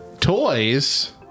toys